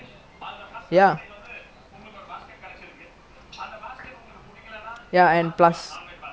ya ya fourth fourth that's the only that's the last day where technically all of us will sit together to as one group lah in a while lah